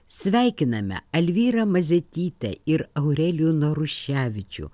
sveikiname alvyrą mazetytę ir aurelijų naruševičių